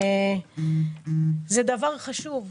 זה דבר חשוב,